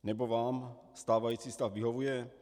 Nebo vám stávající stav vyhovuje?